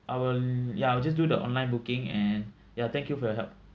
I will ya I will just do the online booking and ya thank you for your help